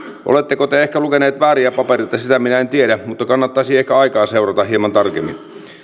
oletteko te ehkä lukenut vääriä papereita sitä minä en tiedä mutta kannattaisi ehkä aikaa seurata hieman tarkemmin